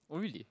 oh really